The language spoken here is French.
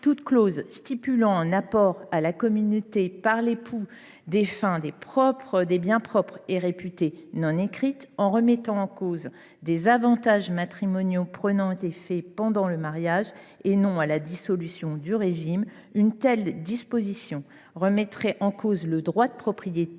toute clause stipulant un apport à la communauté par l’époux défunt de biens propres est réputée non écrite. En remettant en cause des avantages matrimoniaux prenant effet pendant le mariage et non à la dissolution du régime, une telle disposition remettrait en cause le droit de propriété